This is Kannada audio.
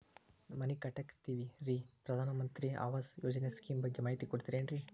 ಮನಿ ಕಟ್ಟಕತೇವಿ ರಿ ಈ ಪ್ರಧಾನ ಮಂತ್ರಿ ಆವಾಸ್ ಯೋಜನೆ ಸ್ಕೇಮ್ ಬಗ್ಗೆ ಮಾಹಿತಿ ಕೊಡ್ತೇರೆನ್ರಿ?